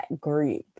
group